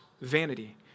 vanity